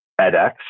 EdX